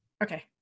Okay